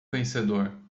vencedor